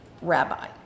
rabbi